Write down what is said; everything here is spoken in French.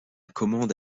commande